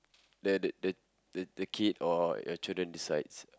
let the the the the kid or your children decides